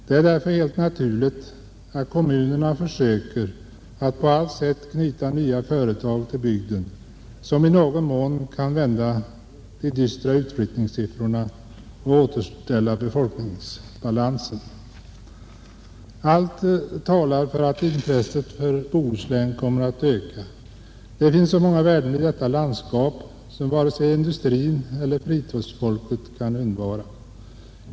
Det är därför helt naturligt att kommunerna försöker att på allt sätt knyta nya företag till bygden som i någon mån kan vända de dystra utflyttningssiffrorna och återställa befolkningsbalansen. Allt talar för att intresset för Bohuslän kommer att öka. Det finns så många värden i detta landskap som varken industrin eller fritidsfolket kan undvara.